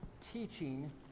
teaching